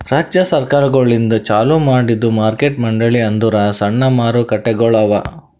ರಾಜ್ಯ ಸರ್ಕಾರಗೊಳಿಂದ್ ಚಾಲೂ ಮಾಡಿದ್ದು ಮಾರ್ಕೆಟ್ ಮಂಡಳಿ ಅಂದುರ್ ಸಣ್ಣ ಮಾರುಕಟ್ಟೆಗೊಳ್ ಅವಾ